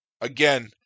Again